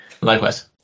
Likewise